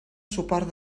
suport